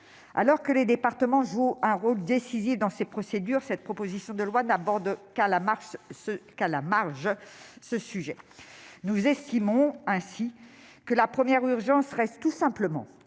Alors que les départements jouent un rôle décisif dans ces procédures, cette proposition de loi n'aborde qu'à la marge ce sujet. Nous estimons ainsi que la première urgence reste tout simplement